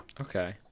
Okay